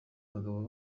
abagabo